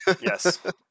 Yes